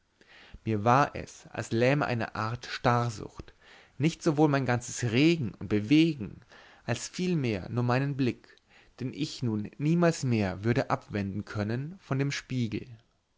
mir war es als lähme eine art starrsucht nicht sowohl mein ganzes regen und bewegen als vielmehr nur meinen blick den ich nun niemals mehr würde abwenden können von dem spiegel